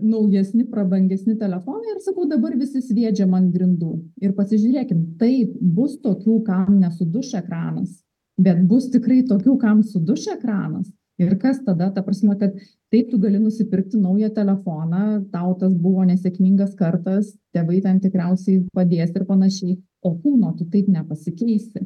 naujesni prabangesni telefonai ir sakau dabar visi sviedžiam ant grindų ir pasižiūrėkim taip bus tokių kam nesuduš ekranas bet bus tikrai tokių kam suduš ekranas ir kas tada ta prasme kad taip tu gali nusipirkti naują telefoną tau tas buvo nesėkmingas kartas tėvai ten tikriausiai padės ir panašiai o kūno tu taip nepasikeisi